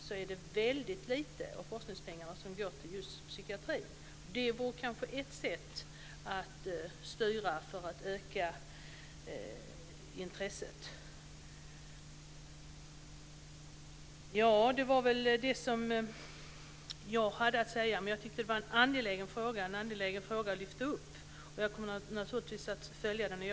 Att styra mer forskningspengar till psykiatrin vore kanske ett sätt att öka intresset. Det var väl det som jag hade att säga. Jag tycker att det är en angelägen fråga att lyfta fram, och jag kommer naturligtvis att följa den.